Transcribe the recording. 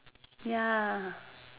ya